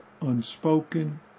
unspoken